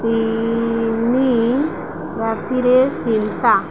ନି ରାତିରେ ଚିନ୍ତା